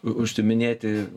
u užsiiminėti